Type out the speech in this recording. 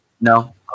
no